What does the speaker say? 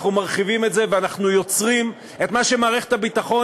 אנחנו מרחיבים את זה ואנחנו יוצרים את מה שמערכת הביטחון,